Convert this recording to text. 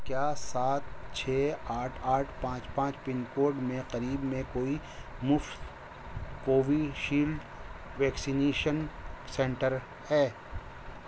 کیا سات چھ آٹھ آٹھ پانچ پانچ پن کوڈ میں قریب میں کوئی مفت کووشیلڈ ویکسینیشن سنٹر ہے